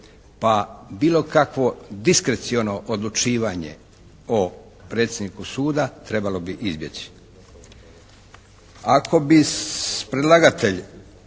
pa bilo kakvo diskreciono odlučivanje o predsjedniku suda trebalo bi izbjeći.